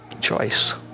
choice